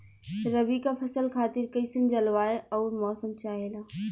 रबी क फसल खातिर कइसन जलवाय अउर मौसम चाहेला?